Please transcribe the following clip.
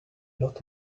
lot